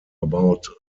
about